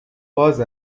باز